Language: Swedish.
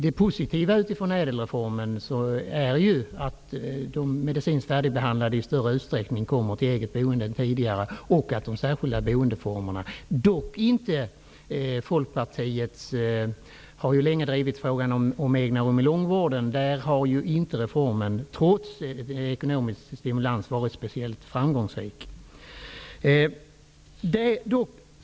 Det positiva med ÄDEL-reformen är att de medicinskt färdigbehandlade i större utsträckning än tidigare kommer till ett eget boende samt de särskilda boendeformerna. Folkpartiet har ju länge drivit frågan om egna rum i långvården. Där har inte reformen, trots ekonomisk stimulans, varit speciellt framgångsrik.